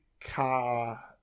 car